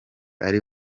ari